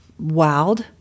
wowed